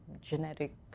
genetic